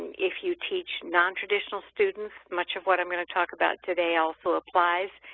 if you teach non-traditional students, much of what i'm going to talk about today also applies.